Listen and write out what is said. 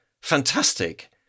fantastic